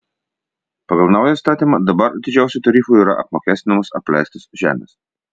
pagal naują įstatymą dabar didžiausiu tarifu yra apmokestinamos apleistos žemės